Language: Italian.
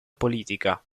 politica